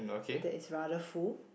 that is rather full